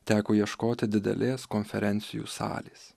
teko ieškoti didelės konferencijų salės